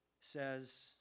says